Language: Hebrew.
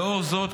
לאור זאת,